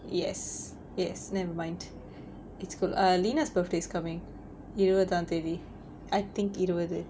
yes yes never mind it's good err lina's birthday is coming இருபத்தி ஒன்னு தேதி:irupathi onnu thethi I think இருவது:iruvathu